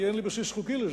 כי אין לי בסיס חוקי לזה.